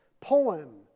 poem